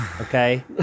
okay